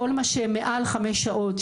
כל מה שמעל חמש שעות,